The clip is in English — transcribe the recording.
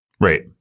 right